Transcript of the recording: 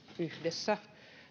yhdessä